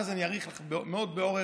אחרי זה אני אאריך לך מאוד באורך,